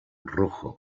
rojo